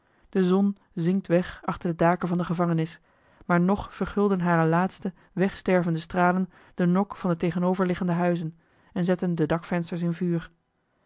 de zon zinkt weg achter de daken van de gevangenis maar nog vergulden hare laatste wegstervende stralen de nok van de tegenoverliggende huizen en zetten de dakvensters in vuur